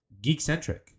Geekcentric